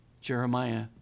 Jeremiah